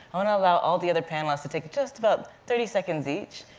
i wanna allow all the other panelists to take just about thirty seconds each,